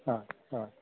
आ हा